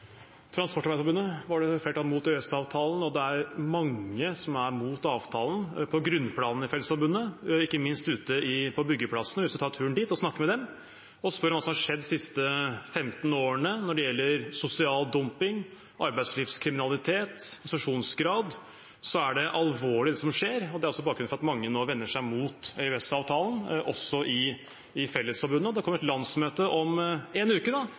Transportarbeiderforbundet var det flertall mot EØS-avtalen, og det er mange på grunnplanet i Fellesforbundet som er mot avtalen, ikke minst ute på byggeplassene. Hvis en tar turen dit og snakker med dem og spør hva som har skjedd de siste 15 årene når det gjelder sosial dumping, arbeidslivskriminalitet og organisasjonsgrad, er det alvorlig, det som skjer, og det er bakgrunnen for at mange vender seg mot EØS-avtalen, også i Fellesforbundet. Det kommer et landsmøte om en uke, og da